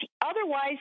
otherwise